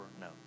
no